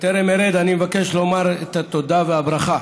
בטרם ארד, אני מבקש לומר את התודה והברכה